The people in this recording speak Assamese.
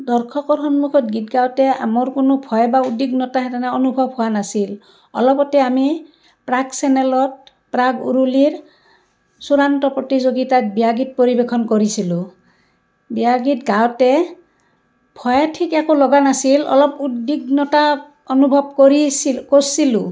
দৰ্শকৰ সন্মুখত গীত গাওঁতে মোৰ কোনো ভয় বা উদ্বিগ্নতা সেই তেনেকে অনুভৱ হোৱা নাছিল অলপতে আমি প্ৰাগ চেনেলত প্ৰাগ উৰুলীৰ চূড়ান্ত প্ৰতিযোগিতাত বিয়া গীত পৰিৱেশন কৰিছিলোঁ বিয়া গীত গাওঁতে ভয় ঠিক একো লগা নাছিল অলপ উদ্বিগ্নতা অনুভৱ কৰিছিলোঁ কৰিছিলোঁ